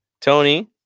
Tony